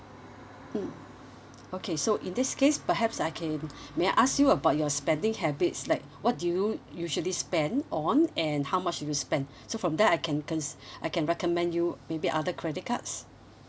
mm okay so in this case perhaps I can may I ask you about your spending habits like what do you usually spend on and how much do you spend so from there I can con~ I can recommend you maybe other credit cards